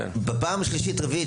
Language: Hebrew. בפעם השלישית-רביעית,